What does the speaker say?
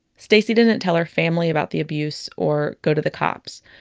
stacie didn't tell her family about the abuse or go to the cops.